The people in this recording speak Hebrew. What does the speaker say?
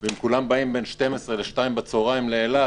ואם כולם באים בין 12:00 ל-14:00 לאילת,